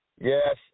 Yes